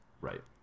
Right